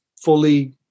fully